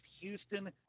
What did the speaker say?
Houston